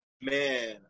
Man